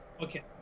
Okay